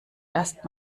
erst